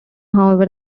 however